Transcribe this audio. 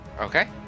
Okay